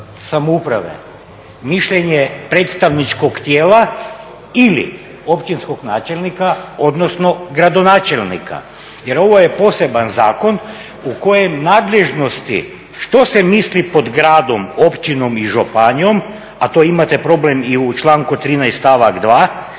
samouprave, mišljenje predstavničkog tijela ili općinskog načelnika odnosno gradonačelnika jer ovo je poseban zakon u kojem nadležnosti što se misli pod gradom, općinom i županijom, a to imate problem i u članku 13.stavak